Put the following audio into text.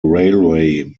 railway